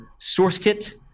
sourceKit